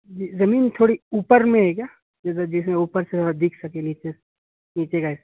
جی زمین تھوڑی اوپر میں ہے کیا جیسے جیسے اوپر سے تھوڑا دکھ سکے نیچے نیچے کا حصہ